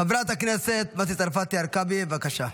חברת הכנסת מטי צרפתי הרכבי, בבקשה.